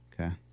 Okay